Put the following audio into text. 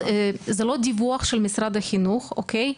אומרת, זה לא דיווח של משרד החינוך אוקיי?